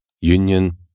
union